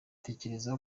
tekereza